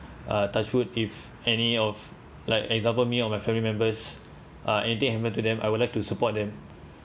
uh touch wood if any of like example me or my family members uh anything happen to them I would like to support them